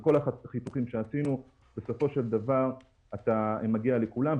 בכל החיתוכים שעשינו בסופו של דבר מגיעים לכולם.